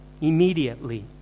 immediately